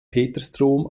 petersdom